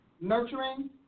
nurturing